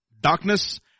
darkness